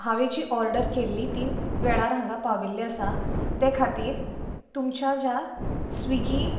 हांवें जी ओर्डर केल्ली ती वेळार हांगा पाविल्ली आसा ते खातीर तुमच्या ज्या स्विगी